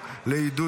(תיקון,